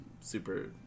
super